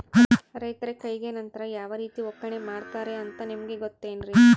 ರೈತರ ಕೈಗೆ ನಂತರ ಯಾವ ರೇತಿ ಒಕ್ಕಣೆ ಮಾಡ್ತಾರೆ ಅಂತ ನಿಮಗೆ ಗೊತ್ತೇನ್ರಿ?